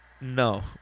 No